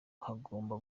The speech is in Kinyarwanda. hagomba